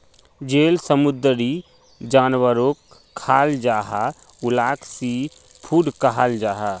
जेल समुंदरी जानवरोक खाल जाहा उलाक सी फ़ूड कहाल जाहा